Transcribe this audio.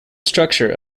structure